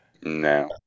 No